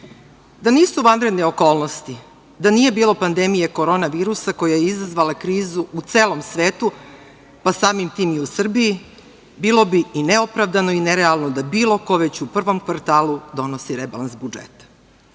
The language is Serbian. da nisu vanredne okolnosti, da nije bilo pandemije korona virusa koja je izazvala krizu u celom svetu, pa samim tim i u Srbiji, bilo bi i neopravdano i nerealno da bilo ko već u prvom kvartalu donosi rebalans budžeta.Međutim,